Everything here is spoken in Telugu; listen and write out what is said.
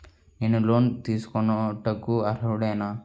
నేను లోన్ తీసుకొనుటకు అర్హుడనేన?